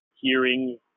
hearing